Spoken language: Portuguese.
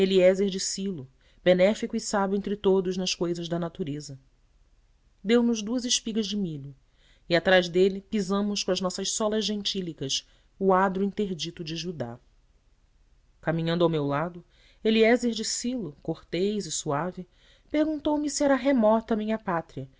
de silo benéfico e sábio entre todos nas cousas da natureza deu-nos duas espigas de milho e atrás dele pisamos com as nossas solas gentílicas o adro interdito de judá caminhando a meu lado eliézer de silo cortês e suave perguntou-me se era remota a minha pátria